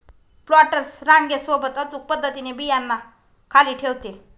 planters रांगे सोबत अचूक पद्धतीने बियांना खाली ठेवते